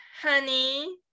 honey